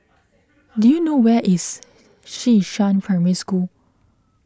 do you know where is Xishan Primary School